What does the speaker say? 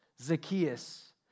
Zacchaeus